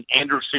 Anderson